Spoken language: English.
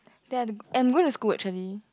ya and where does school actually